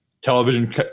television